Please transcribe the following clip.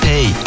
Hey